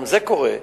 גם זה קורה.